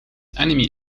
enemy